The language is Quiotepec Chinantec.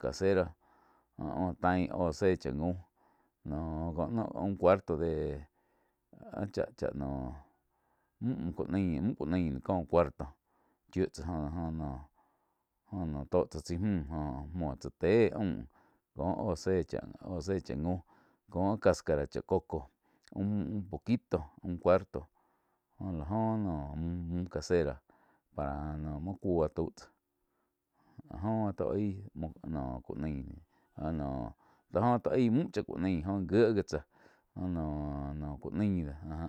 casera joh tain óh zé cha jaum noh un cuarto dé áh cha-cha noh mü-mü ku nai. Mu ku nai un cuarto có cuarto chíu tsáh jó-jó noh tó tsá chái mü joh muo tsá téh aum kó óh zé, óh zé cha gaum kó áh cascara cháh coco un poquito un cuarto joh la óh noh mu-mu casera pah no muo cuó tau tzáh áh jo tó aí muo ku naí áh noh áj jo tóh aí mü chá ku naí joh gé gi tsáh pá no-no ku nain no áh ja.